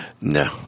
No